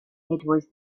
was